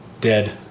dead